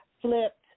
flipped